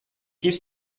keeps